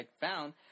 found